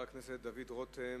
תודה רבה לחבר הכנסת דוד רותם.